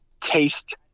taste